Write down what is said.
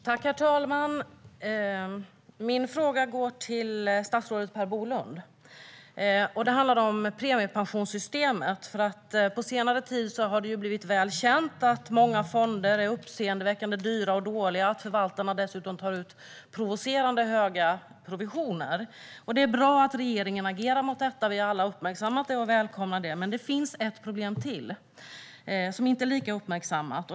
Herr talman! Min fråga går till statsrådet Per Bolund. Min fråga handlar om premiepensionssystemet. På senare tid har det blivit väl känt att många fonder är uppseendeväckande dyra och dåliga och att förvaltarna dessutom tar ut provocerande höga provisioner. Det är bra att regeringen agerar mot detta, och vi har alla uppmärksammat och välkomnat detta. Men det finns ett problem till, som inte är lika uppmärksammat.